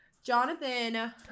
Jonathan